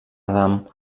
adam